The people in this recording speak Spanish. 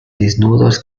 desnudos